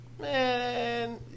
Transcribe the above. Man